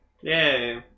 Yay